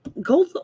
go